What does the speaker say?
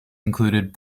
included